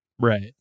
right